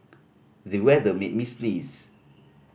the weather made me sneeze